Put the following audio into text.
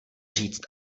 říct